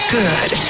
good